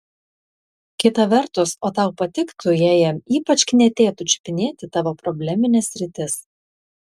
kita vertus o tau patiktų jei jam ypač knietėtų čiupinėti tavo problemines sritis